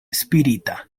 spirita